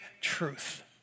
truth